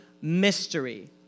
mystery